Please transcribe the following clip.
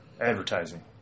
advertising